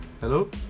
Hello